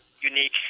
unique